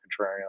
contrarian